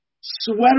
sweater